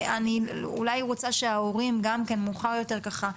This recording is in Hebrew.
אני אולי רוצה שההורים גם כן מאוחר יותר ככה,